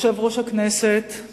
יושב-ראש הכנסת,